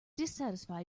dissatisfied